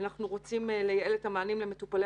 אנחנו רוצים לייעל את המענים למטופלי